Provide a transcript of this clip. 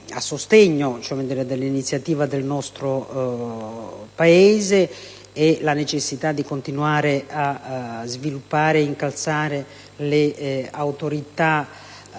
a sostegno dell'iniziativa del nostro Paese e della necessità di continuare a sviluppare e incalzare le autorità di